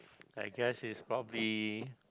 I guess is probably